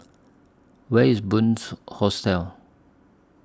Where IS Bunce Hostel